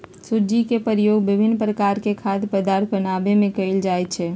सूज्ज़ी के प्रयोग विभिन्न प्रकार के खाद्य पदार्थ बनाबे में कयल जाइ छै